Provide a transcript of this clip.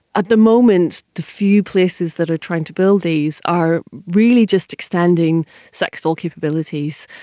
at the moment the few places that are trying to build these are really just extending sex doll capabilities.